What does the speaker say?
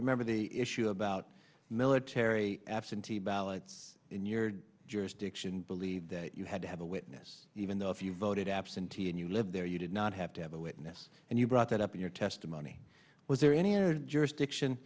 remember the issue about military absentee ballots in your jurisdiction believe that you had to have a witness even though if you voted absentee and you live there you did not have to have a witness and you brought that up in your testimony was there any other jurisdiction